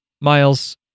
Miles